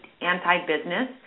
anti-business